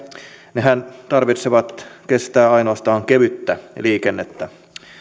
niidenhän tarvitsee kestää ainoastaan kevyttä liikennettä